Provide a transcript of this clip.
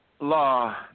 law